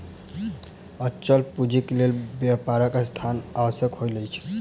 अचल पूंजीक लेल व्यापारक स्थान आवश्यक होइत अछि